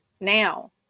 now